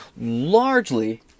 largely